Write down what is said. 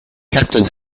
captain